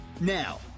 Now